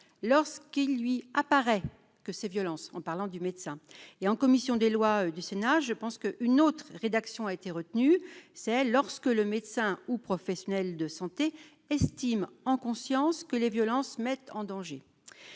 lorsqu'il lui apparaît que ces violences en parlant du médecin et en commission des lois du Sénat, je pense que une autre rédaction a été retenu, c'est lorsque le médecin ou professionnels de santé estime en conscience que les violences mettent en danger